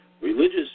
Religious